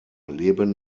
leben